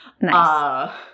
Nice